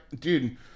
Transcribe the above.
dude